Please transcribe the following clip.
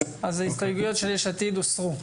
אז ההסתייגויות של יש עתיד הוסרו.